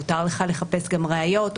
מותר לך לחפש גם ראיות,